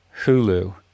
Hulu